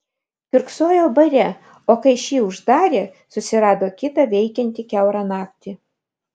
kiurksojo bare o kai šį uždarė susirado kitą veikiantį kiaurą naktį